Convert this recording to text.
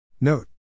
Note